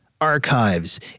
archives